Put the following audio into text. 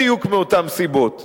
בדיוק מאותן סיבות,